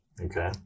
Okay